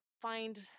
find